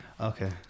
Okay